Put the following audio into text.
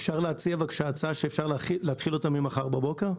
אפשר להציע הצעה שאפשר להתחיל ממחר בבוקר?